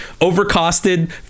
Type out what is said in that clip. overcosted